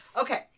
Okay